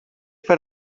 per